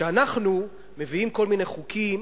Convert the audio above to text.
כשאנחנו מביאים כל מיני חוקים,